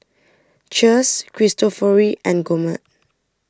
Cheers Cristofori and Gourmet